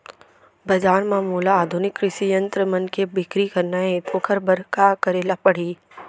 बजार म मोला आधुनिक कृषि यंत्र मन के बिक्री करना हे ओखर बर का करे ल पड़ही?